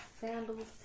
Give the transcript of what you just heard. sandals